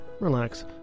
relax